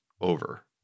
over